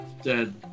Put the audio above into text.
dead